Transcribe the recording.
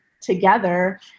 together